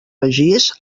begís